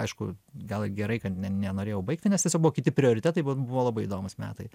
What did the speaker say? aišku gal gerai kad nenorėjau baigti nes tiesiog buvo kiti prioritetai buvo labai įdomūs metai